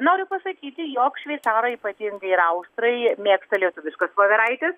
ir noriu pasakyti jog šveicarai ypatingai ir austrai mėgsta lietuviškas voveraites